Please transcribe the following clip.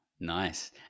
Nice